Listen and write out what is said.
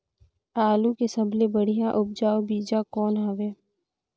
आलू के सबले बढ़िया उपजाऊ बीजा कौन हवय?